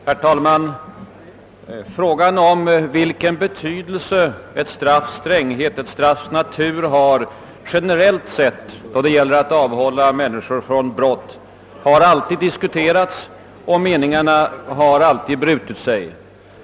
Herr talman! Frågan om vilken betydelse ett straffs stränghet och ett straffs natur har generellt sett då det gäller att avhålla människor från brott har alltid diskuterats, och meningarnå har alltid brutits.